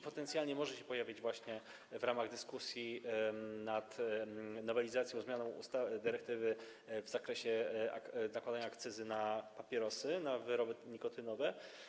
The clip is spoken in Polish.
Potencjalnie może się to pojawić właśnie w ramach dyskusji nad nowelizacją, zmianą dyrektywy w zakresie nakładania akcyzy na papierosy, na wyroby nikotynowe.